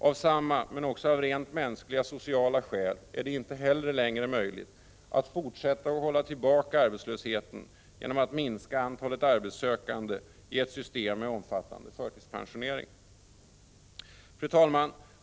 Av samma skäl, men också av rent mänskliga och sociala skäl, är det inte heller möjligt att fortsätta att hålla tillbaka arbetslösheten genom att minska antalet arbetssökande i ett system av omfattande förtidspensionering. Fru talman!